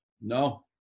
No